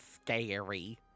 scary